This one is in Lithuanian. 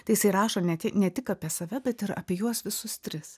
tai jisai rašo ne tik ne tik apie save bet ir apie juos visus tris